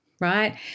right